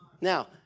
Now